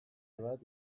bat